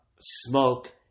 smoke